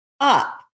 up